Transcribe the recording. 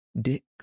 Dick